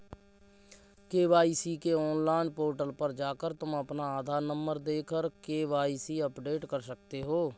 KYC के online portal पर जाकर तुम अपना आधार नंबर देकर के.वाय.सी अपडेट कर सकते हो